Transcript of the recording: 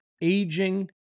Aging